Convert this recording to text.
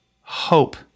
hope